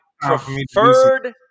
preferred